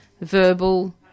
verbal